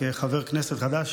כחבר כנסת חדש,